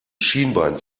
schienbein